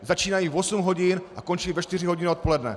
Začínají v osm hodin a končí ve čtyři hodiny odpoledne.